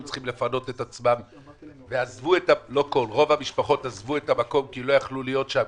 צריכות לפנות את עצמן ורוב המשפחות עזבו את המקום כי לא יכלו להיות שם,